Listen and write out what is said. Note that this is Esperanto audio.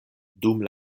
dum